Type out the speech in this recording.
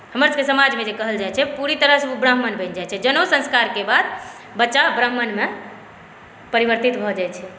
हमर सभकेँ समाजमे जे कहल जाइ छै पुरी तरह से ओ ब्राम्हण बनि जाइ छै जनउ संस्कारके बाद बच्चा ब्राम्हणमे परिवर्तित भऽ जाइ छै